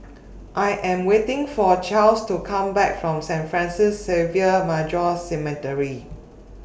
I Am waiting For Chas to Come Back from Saint Francis Xavier Major Seminary